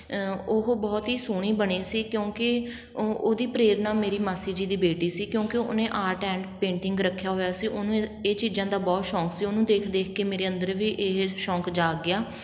ਉਹ ਬਹੁਤ ਹੀ ਸੋਹਣੀ ਬਣੀ ਸੀ ਕਿਉਂਕਿ ਉਹਦੀ ਪ੍ਰੇਰਨਾ ਮੇਰੀ ਮਾਸੀ ਜੀ ਦੀ ਬੇਟੀ ਸੀ ਕਿਉਂਕਿ ਉਹਨੇ ਆਰਟ ਐਂਡ ਪੇਟਿੰਗ ਰੱਖਿਆ ਹੋਇਆ ਸੀ ਉਹਨੂੰ ਇਹ ਚੀਜ਼ਾਂ ਦਾ ਬਹੁਤ ਸ਼ੌਕ ਸੀ ਉਹਨੂੰ ਦੇਖ ਦੇਖ ਕੇ ਮੇਰੇ ਅੰਦਰ ਵੀ ਇਹ ਸ਼ੌਕ ਜਾਗ ਗਿਆ